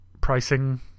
pricing